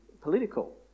political